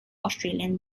australian